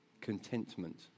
Contentment